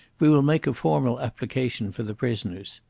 we will make a formal application for the prisoners.